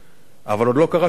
אבל עוד לא קרה שום דבר.